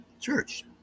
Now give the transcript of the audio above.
church